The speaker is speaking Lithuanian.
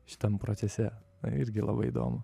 šitam procese irgi labai įdomu